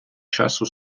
часу